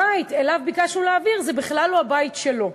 הבית שאליו ביקשנו להעביר זה בכלל לא הבית שלו.